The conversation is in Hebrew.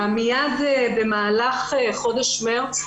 במהלך חודש מרץ,